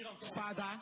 Father